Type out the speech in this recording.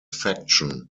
faction